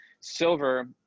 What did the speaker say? silver